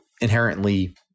inherently